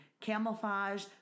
camouflage